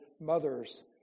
mothers